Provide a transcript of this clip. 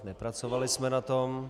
Nepracovali jsme na tom.